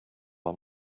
are